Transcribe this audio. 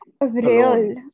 real